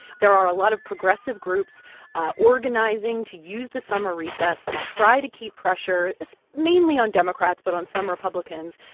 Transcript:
there are a lot of progressive groups organizing to use the summer recess to try to keep pressure, mainly on democrats but on some republicans,